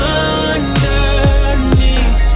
underneath